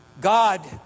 God